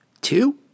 Two